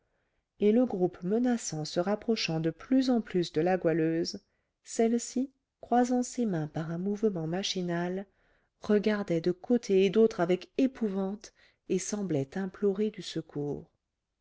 et le groupe menaçant se rapprochant de plus en plus de la goualeuse celle-ci croisant ses mains par un mouvement machinal regardait de côté et d'autre avec épouvante et semblait implorer du secours